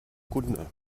kunde